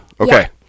Okay